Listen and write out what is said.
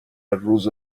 روز